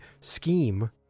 scheme